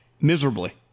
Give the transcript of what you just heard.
miserably